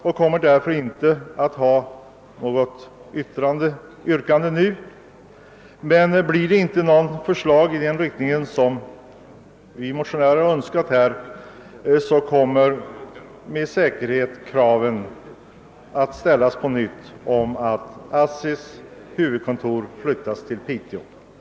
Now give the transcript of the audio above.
Jag har därför nu inte något yrkande, men om det inte framläggs något förslag i den riktning som motionärerna önskar, så kommer med säkerhet kravet på att ASSI:s huvudkontor flyttas till Piteå att ställas på nytt.